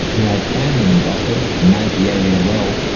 who has family in gosford and knows the area well,